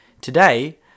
Today